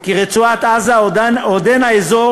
כי רצועת-עזה עודנה אזור